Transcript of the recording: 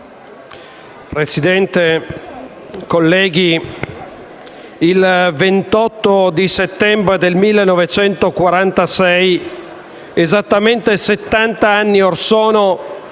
Presidente, colleghi, il 28 settembre del 1946, esattamente settant'anni or sono,